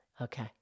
Okay